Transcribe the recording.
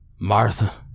Martha